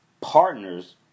partners